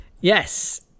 Yes